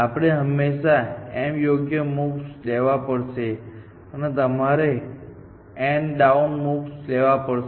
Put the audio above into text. આપણે હંમેશાં m યોગ્ય મૂવ્સ લેવા પડશે અને તમારે n ડાઉન મૂવ્સ લેવા પડશે